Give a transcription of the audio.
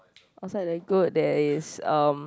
outside the goat there is um